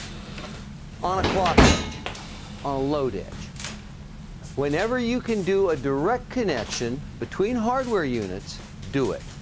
on a clock edge on a load edge whenever you can do a direct connection between hardware units do it